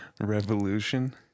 Revolution